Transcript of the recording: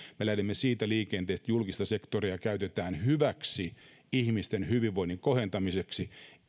me lähdemme siitä liikenteeseen että julkista sektoria käytetään hyväksi ihmisten hyvinvoinnin kohentamiseksi